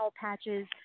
patches